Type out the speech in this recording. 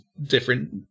different